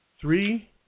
three